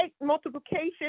multiplication